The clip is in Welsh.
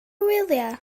wyliau